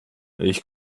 ich